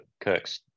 Kirk's